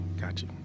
gotcha